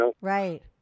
right